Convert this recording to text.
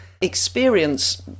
experience